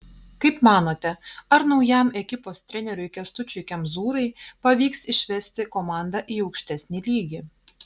kaip manote ar naujam ekipos treneriui kęstučiui kemzūrai pavyks išvesti komandą į aukštesnį lygį